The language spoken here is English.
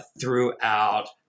throughout